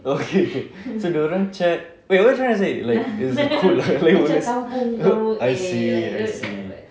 okay okay so dorang cat wait what you trying to say like it's cool like what's I see I see